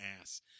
ass